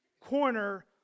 corner